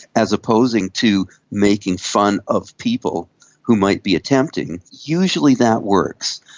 as opposing to making fun of people who might be attempting, usually that works.